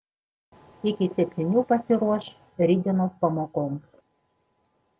iki septynių pasiruoš rytdienos pamokoms